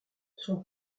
son